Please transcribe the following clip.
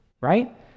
right